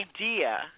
idea